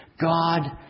God